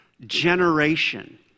generation